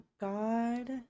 God